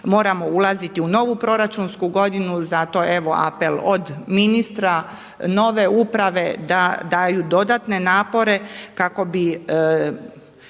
moramo ulaziti u novu proračunsku godinu. Zato evo apel od ministra, nove uprave da daju dodatne napore kako bi